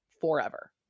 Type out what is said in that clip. forever